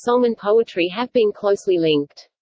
so um and poetry have been closely linked.